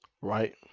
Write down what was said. right